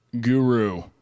guru